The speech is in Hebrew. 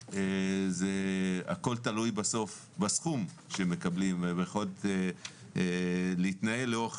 הכול תלוי בסוף בסכום שמקבלים והיכולת להתנהל לאורך